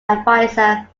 advisor